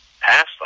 past